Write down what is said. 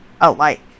alike